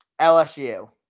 LSU